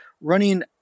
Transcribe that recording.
running